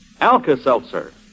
Alka-Seltzer